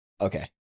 Okay